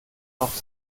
auf